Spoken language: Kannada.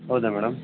ಹೌದಾ ಮೇಡಮ್